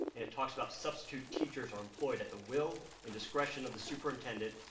it talks about substitute teachers are employed at the will and discretion of the superintendent,